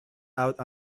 out